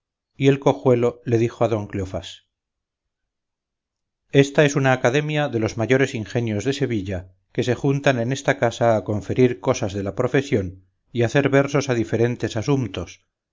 y el cojuelo le dijo a don cleofás esta es una academia de los mayores ingenios de sevilla que se juntan en esta casa a conferir cosas de la profesión y hacer versos a diferentes asumptos